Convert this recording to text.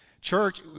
Church